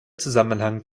zusammenhang